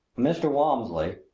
mr. walmsley,